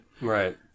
Right